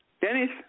Dennis